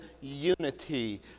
unity